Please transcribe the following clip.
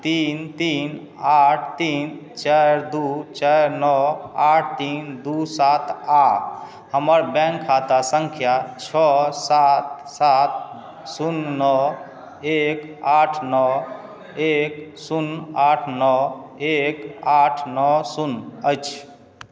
तीन तीन आठ तीन चारि दू चारि नओ आठ तीन दू सात आ हमर बैंक खाता सङ्ख्या छओ सात सात शून्य नओ एक आठ नओ एक शून्य आठ नओ एक आठ नओ शून्य अछि